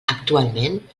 actualment